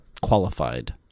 qualified